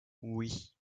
oui